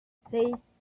seis